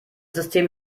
system